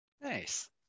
Nice